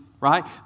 right